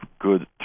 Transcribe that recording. good